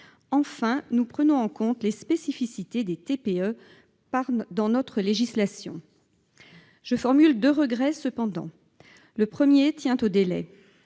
Enfin, nous prenons en compte les spécificités des TPE dans notre législation ! Je formule deux regrets cependant. Le premier tient au délai